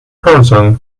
person